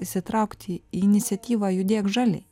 įsitraukti į iniciatyva judėk žaliai